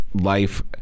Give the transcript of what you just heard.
life